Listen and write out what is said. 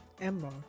Emma